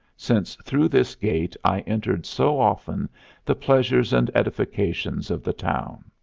since through this gate i entered so often the pleasures and edifications of the town.